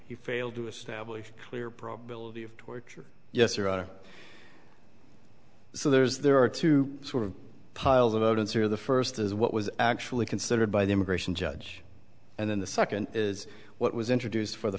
he failed to establish clear probability of torture yes or other so there is there are two sort of piles of evidence or the first is what was actually considered by the immigration judge and then the second is what was introduced for the